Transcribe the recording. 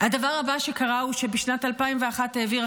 הדבר הבא שקרה הוא שבשנת 2001 העבירה